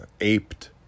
aped